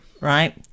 Right